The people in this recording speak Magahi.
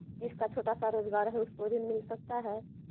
जिसका छोटा सा रोजगार है उसको ऋण मिल सकता है?